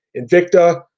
Invicta